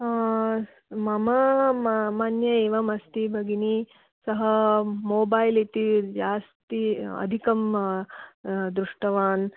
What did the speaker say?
मम म मन्ये एवम् अस्ति भगिनि सः मोबैल् इति जास्ति अधिकं दृष्टवान्